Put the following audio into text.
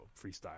freestyle